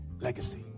Legacy